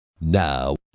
Now